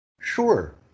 Sure